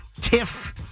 Tiff